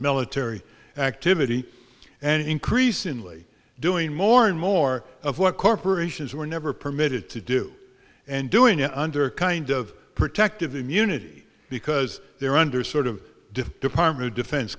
military activity and increasingly doing more and more of what corporations were never permitted to do and doing it under a kind of protective immunity because they're under sort of diff department of defen